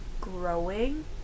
growing